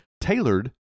tailored